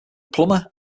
plumber